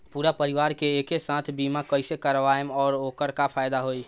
पूरा परिवार के एके साथे बीमा कईसे करवाएम और ओकर का फायदा होई?